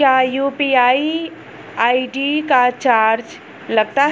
क्या UPI ID का charge लगता है?